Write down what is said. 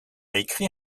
écrit